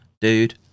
dude